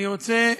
אני רוצה,